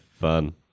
fun